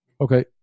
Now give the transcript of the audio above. okay